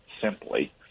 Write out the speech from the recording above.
simply